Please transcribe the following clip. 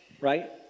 right